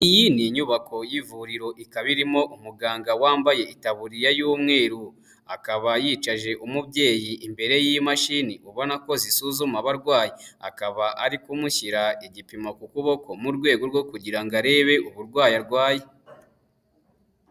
Iyi ni inyubako y'ivuriro ikaba irimo umuganga wambaye ikaburiya y'umweru ,akaba yicajije umubyeyi imbere y'imashini ubona ko zisuzuma abarwayi, akaba ari kumushyira igipimo ku kuboko mu rwego rwo kugira ngo arebe uburwayi arwaye.